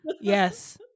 Yes